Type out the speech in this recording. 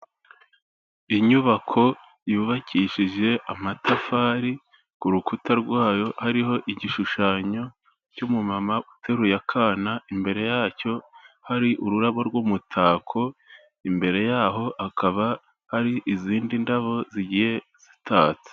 Inyubako yubakishije amatafari ku rukuta rwayo ariho igishushanyo cy'umumama uteruye akana imbere yacyo hari ururabo rw'umutako, imbere yaho hakaba hari izindi ndabo zigiye zitatse.